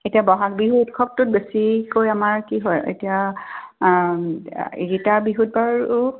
এতিয়া ব'হাগ বিহু উৎসৱটোত বেছিকৈ আমাৰ কি হয় এতিয়া এইকেইটা বিহুত বাৰু